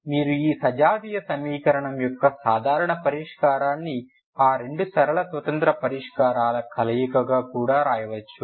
మళ్లీ మీరు ఈ సజాతీయ సమీకరణం యొక్క సాధారణ పరిష్కారాన్ని ఆ రెండు సరళ స్వతంత్ర పరిష్కారాల సరళ కలయికగా వ్రాయవచ్చు